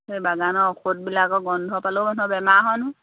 সেই বাগানৰ ঔষধবিলাকৰ গোন্ধ পালেও মানুহৰ বেমাৰ হয় নহয়